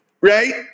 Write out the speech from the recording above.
right